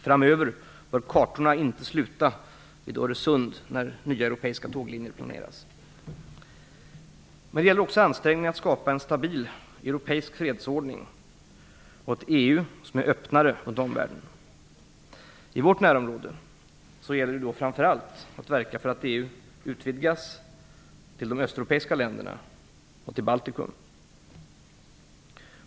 Framöver bör kartorna inte sluta vid Öresund när nya europeiska tåglinjer planeras. Men det gäller också ansträngningarna att skapa en stabil europeisk fredsordning och ett EU som är öppnare mot omvärlden. I vårt närområde gäller det framför allt att verka för att EU utvidgas till de östeuropeiska länderna och Baltikum.